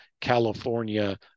California